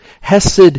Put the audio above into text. Hesed